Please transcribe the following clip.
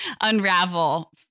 unravel